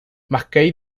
mckay